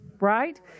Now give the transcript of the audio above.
Right